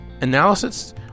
analysis